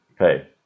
Okay